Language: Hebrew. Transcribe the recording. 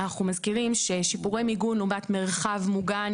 אנחנו מזכירים ששיפורי מיגון לעומת מרחב מוגן,